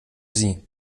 sie